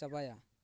ᱪᱟᱵᱟᱭᱟ